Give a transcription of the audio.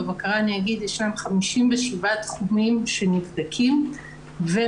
בבקרה אני אגיד יש להם 57 תחומים שנבדקים ומתייחסים